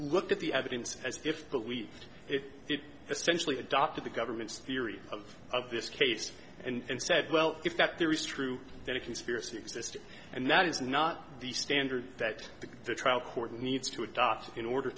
looked at the evidence as if but we did essentially adopted the government's theory of of this case and said well if that there is true that a conspiracy existed and that is not the standard that the trial court needs to adopt in order